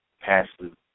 passive